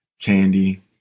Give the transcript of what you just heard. candy